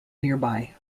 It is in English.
nearby